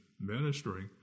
ministering